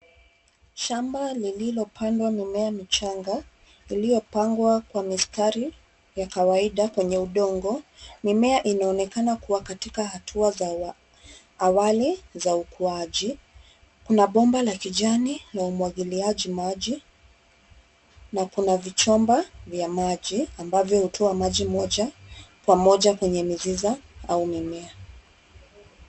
Shamba lililopandwa mimea michanga, iliyopangwa kwa mistari ya kawaida kwenye udongo. Mimea inaonekana kua katika hatua za awali za ukuaji. Kuna bomba la kijani la umwagiliaji maji, na kuna vichomba vya maji ambavyo hutoa maji moja kwa moja kwenye miziza au mimea.